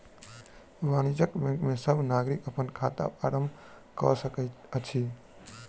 वाणिज्य बैंक में सब नागरिक अपन खाता आरम्भ कय सकैत अछि